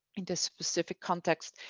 in the specific context,